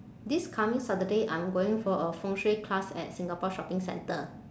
this coming saturday I'm going for a 风水 class at singapore shopping center